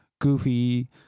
goofy